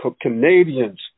Canadians